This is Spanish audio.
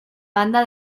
banda